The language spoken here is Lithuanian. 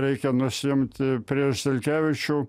reikia nusiimt prieš zelkevičių